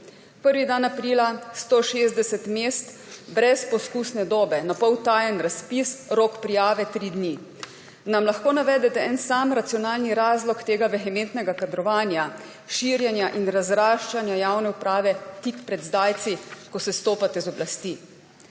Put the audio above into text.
Prvi dan aprila 160 mest brez poskusne dobe. Napol tajen razpis, rok prijave tri dni. Nam lahko navedete en sam racionalni razlog tega vehementnega kadrovanja, širjenja in razraščanja javne uprave tik pred zdajci, ko sestopate z oblasti?